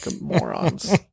Morons